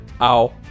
Ow